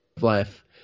life